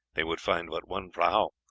they would find but one prahu,